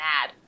mad